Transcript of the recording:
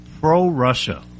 pro-Russia